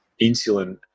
insulin